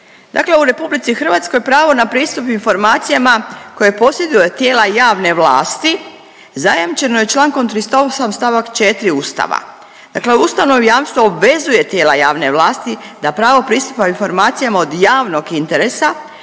Dakle, u Republici Hrvatskoj pravo na pristup informacijama koje posjeduju tijela javne vlasti zajamčeno je člankom 38. stavak 4. Ustava. Dakle, ustavno jamstvo obvezuje tijela javne vlasti da pravo pristupa informacijama od javnog interesa